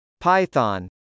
Python